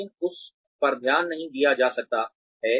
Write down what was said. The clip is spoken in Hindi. लेकिन उस पर ध्यान नहीं दिया जा सकता है